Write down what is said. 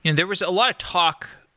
and there was a lot of talk,